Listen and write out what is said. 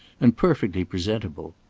and perfectly presentable.